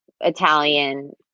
italian